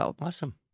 Awesome